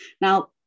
now